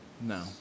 no